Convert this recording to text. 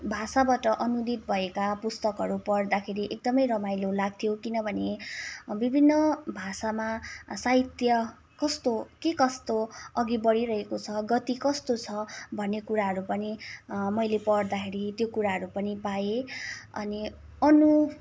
भाषाबाट अनुदित भएका पुस्तकहरू पढ्दाखेरि एकदमै रमाइलो लाग्थ्यो किनभने विभिन्न भाषामा साहित्य कस्तो के कस्तो अघि बढिरहेको छ गति कस्तो छ भन्ने कुराहरू पनि मैले पढ्दाखेरि त्यो कुराहरू पनि पाएँ अनि अनु